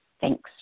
Thanks